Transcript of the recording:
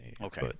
okay